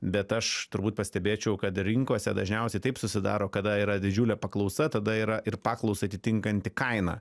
bet aš turbūt pastebėčiau kad rinkose dažniausiai taip susidaro kada yra didžiulė paklausa tada yra ir paklausai atitinkanti kaina